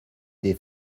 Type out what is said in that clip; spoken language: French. des